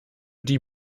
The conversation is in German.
die